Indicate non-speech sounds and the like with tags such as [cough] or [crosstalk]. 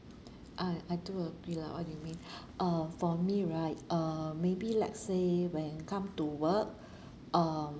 I I do agree lah what do you mean [breath] uh for me right uh maybe like say when come to work [breath] uh